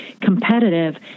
competitive